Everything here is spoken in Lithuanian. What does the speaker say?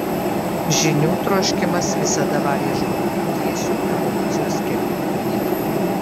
žinių troškimas visada varė žmogų tiesiu evoliucijos keliu į priekį